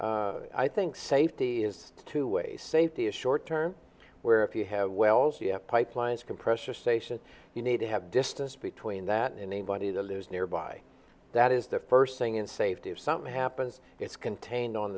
i think safety has to weigh safety is short term where if you have wells you have pipelines compressor station you need to have distance between that and anybody that lives nearby that is the first thing in safety of something happens it's contained on